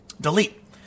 delete